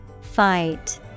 Fight